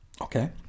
Okay